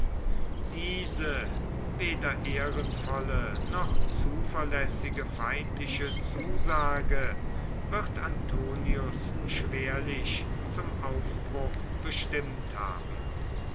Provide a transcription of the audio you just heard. diese weder ehrenvolle noch zuverlässige feindliche zusage wird antonius schwerlich zum aufbruch bestimmt haben